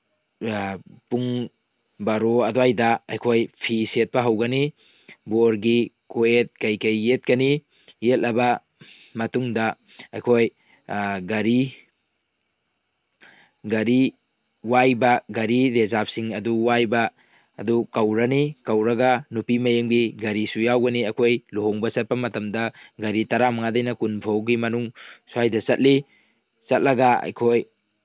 ꯄꯨꯡ ꯕꯥꯔꯣ ꯑꯗꯨꯋꯥꯏꯗ ꯑꯩꯈꯣꯏ ꯐꯤ ꯁꯦꯠꯄ ꯍꯧꯒꯅꯤ ꯕꯣꯔꯒꯤ ꯀꯣꯌꯦꯠ ꯀꯩꯀꯩ ꯌꯦꯠꯀꯅꯤ ꯌꯦꯠꯂꯕ ꯃꯇꯨꯡꯗ ꯑꯩꯈꯣꯏ ꯒꯥꯔꯤ ꯒꯥꯔꯤ ꯋꯥꯏꯕ ꯒꯥꯔꯤ ꯔꯦꯖꯥꯞꯁꯤꯡ ꯑꯗꯨ ꯋꯥꯏꯕ ꯑꯗꯨ ꯀꯧꯔꯅꯤ ꯀꯧꯔꯒ ꯅꯨꯄꯤ ꯃꯌꯨꯝꯒꯤ ꯒꯥꯔꯤꯁꯨ ꯌꯥꯎꯒꯅꯤ ꯑꯩꯈꯣꯏ ꯂꯨꯍꯣꯡꯕ ꯆꯠꯄ ꯃꯇꯝꯗ ꯒꯥꯔꯤ ꯇꯔꯥꯃꯉꯥꯗꯩꯅ ꯀꯨꯟꯐꯧꯒꯤ ꯃꯅꯨꯡ ꯁ꯭ꯋꯥꯏꯗ ꯆꯠꯂꯤ ꯆꯠꯂꯒ ꯑꯩꯈꯣꯏ